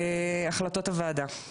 החלטות הוועדה,